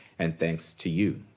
and thanks to you,